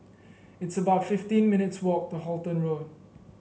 it's about fifteen minutes' walk to Halton Road